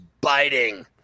biting